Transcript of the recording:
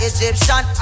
Egyptian